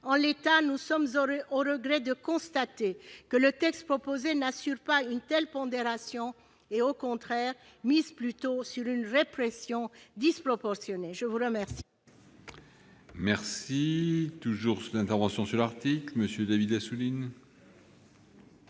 En l'état, nous sommes au regret de constater que le texte proposé n'assure pas une telle pondération et mise plutôt sur une répression disproportionnée. La parole